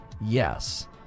Yes